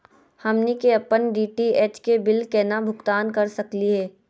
हमनी के अपन डी.टी.एच के बिल केना भुगतान कर सकली हे?